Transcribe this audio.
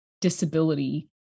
disability